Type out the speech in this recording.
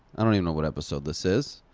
i don't even know what episode this is.